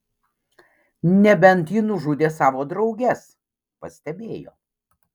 nebent ji nužudė savo drauges pastebėjo